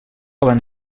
abans